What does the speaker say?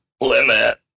limit